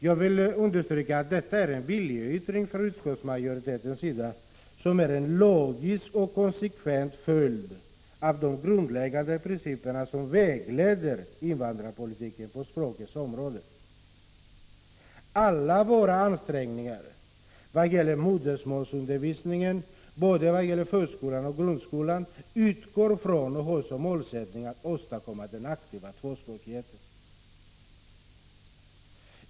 Jag vill understryka att detta förslag är en viljeyttring från utskottsmajoritetens sida som är en logisk och konsekvent följd av de grundläggande principer som vägleder invandrarpolitiken på språkområdet. Alla våra ansträngningar vad gäller modersmålsundervisningen både i förskolan och i grundskolan utgår från och har som målsättning att åstadkomma aktiv tvåspråkighet.